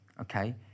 okay